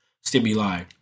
Stimuli